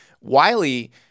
Wiley